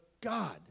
God